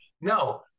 No